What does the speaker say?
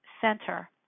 center